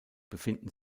befinden